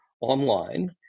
online